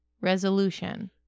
Resolution